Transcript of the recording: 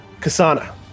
Kasana